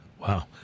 Wow